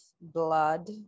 blood